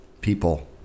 people